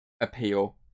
appeal